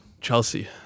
Chelsea